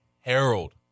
Harold